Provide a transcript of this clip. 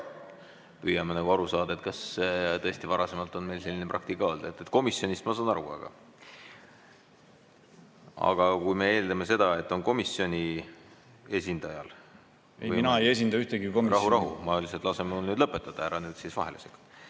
Püüame aru saada, kas tõesti varasemalt on meil selline praktika olnud. Komisjonist ma saan aru, aga kui me eeldame seda, et on komisjoni esindajal ... Mina ei esinda ühtegi komisjoni. Rahu-rahu! Ma lihtsalt, lase mul nüüd lõpetada, ära nüüd vahele sega!